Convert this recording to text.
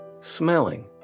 smelling